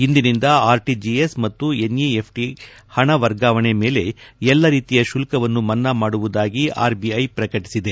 ಇಂದಿನಿಂದ RTGS ಮತ್ತು NEFT ಹಣ ವರ್ಗಾವಣೆ ಮೇಲೆ ಎಲ್ಲ ರೀತಿಯ ಶುಲ್ತವನ್ನುಮನ್ನಾ ಮಾಡುವುದಾಗಿ ಆರ್ ಬಿಐ ಪ್ರಕಟಿಸಿದೆ